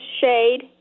shade